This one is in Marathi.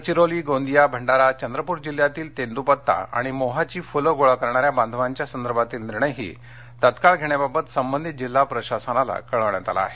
गडचिरोली गोंदीया भंडारा चंद्रपूर जिल्हातील तेंद्रपत्ता आणि मोहाची फुले गोळा करणाऱ्या बांधवांच्या संदर्भातील निर्णयही तात्काळ घेण्याबाबत संबंधित जिल्हा प्रशासनाला कळवण्यात आले आहे